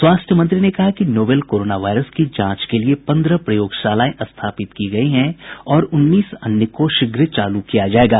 स्वास्थ्य मंत्री ने कहा कि नोवेल कोरोना वायरस की जांच के लिए पंद्रह प्रयोगशालाएं स्थापित की गई हैं और उन्नीस अन्य को शीघ्र चालू किया जायेगा